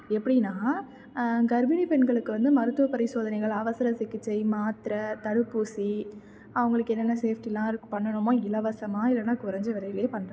எப்படின்னா கர்ப்பிணிப் பெண்களுக்கு வந்து மருத்துவப் பரிசோதனைகள் அவசர சிகிச்சை மாத்திர தடுப்பூசி அவங்களுக்கு என்னென்ன சேஃப்டிலாம் இருக்கோ பண்ணணுமோ இலவசமாக இல்லைன்னா கொறைஞ்ச வெலையிலியே பண்ணுறாங்க